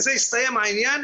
בזה הסתיים העניין.